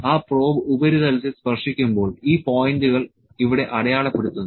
ആ പ്രോബ് ഉപരിതലത്തിൽ സ്പർശിക്കുമ്പോൾ ഈ പോയിന്റുകൾ ഇവിടെ അടയാളപ്പെടുത്തുന്നു